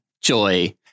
Joy